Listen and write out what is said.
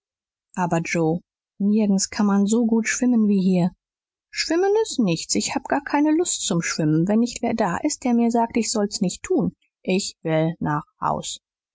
aber joe nirgends kann man so gut schwimmen wie hier schwimmen ist nichts ich hab gar keine lust zum schwimmen wenn nicht wer da ist der mir sagt ich soll's nicht tun ich will nach haus